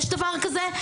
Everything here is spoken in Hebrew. יש דבר כזה.